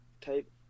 type